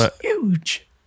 huge